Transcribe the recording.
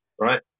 right